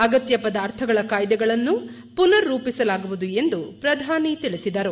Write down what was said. ಅಗತ್ಯ ಪದಾರ್ಥಗಳ ಕಾಯ್ದಿಗಳನ್ನು ಪುನರ್ ರೂಪಿಸಲಾಗುವುದು ಎಂದು ಪ್ರಧಾನಿ ತಿಳಿಸಿದರು